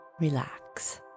Relax